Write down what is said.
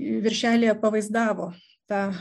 viršelyje pavaizdavo tą